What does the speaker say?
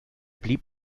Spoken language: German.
blieb